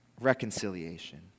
Reconciliation